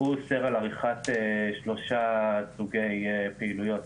הוא אוסר על עריכת שלושה סוגי פעילויות,